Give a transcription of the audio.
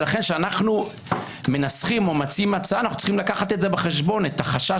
לכן כשאנחנו מנסחים או מציעים הצעה אנחנו צריכים לקחת בחשבון את החשש